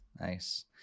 Nice